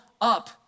up